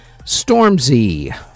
Stormzy